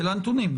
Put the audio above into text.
אלה הנתונים.